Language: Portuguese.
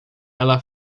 ela